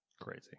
crazy